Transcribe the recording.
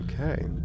Okay